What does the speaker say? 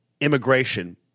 immigration